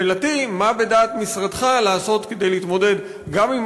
שאלתי היא: מה בדעת משרדך לעשות כדי להתמודד גם עם